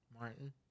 Martin